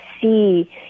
see